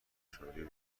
شادی